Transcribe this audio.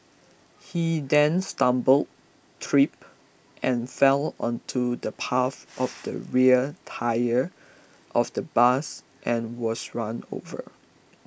he then stumbled tripped and fell onto the path of the rear tyre of the bus and was run over